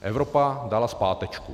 Evropa dala zpátečku.